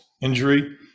injury